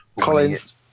Collins